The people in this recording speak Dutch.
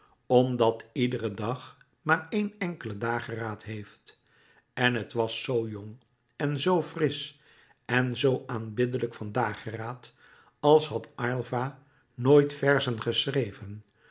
omdat iedere dag maar een énkelen dageraad heeft en het was zoo jong en zoo frisch en zoo aanbiddelijk van dageraad als had aylva nooit verzen geschreven